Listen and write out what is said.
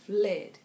fled